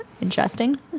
interesting